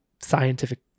scientific